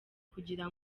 kugira